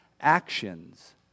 actions